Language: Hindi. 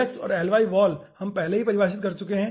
lx वॉल और ly वॉल हम पहले ही परिभाषित कर चुके हैं